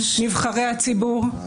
נבחרי הציבור,